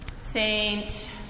Saint